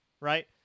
right